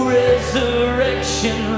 resurrection